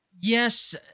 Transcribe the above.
Yes